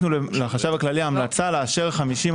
אנחנו עשינו והגשנו לחשב הכללי המלצה לאשר חמישים